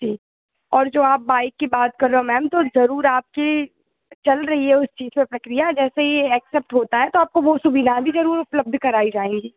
जी और जो आप बाइक की बात कर रहे हो मैम तो जरूर आपकी चल रही है उस चीज पर प्रक्रिया जैसे ही एक्सेप्ट होता हे तो आपको वो सुविधा भी जरूर उपलब्ध कराई जाएगी